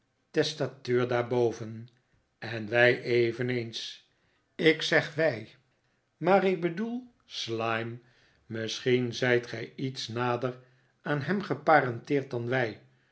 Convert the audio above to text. r en wii eveneens ik zeg wij maar ik bedoel slyme misschien zijt gij iets nader aan hem geparenteerd dan wij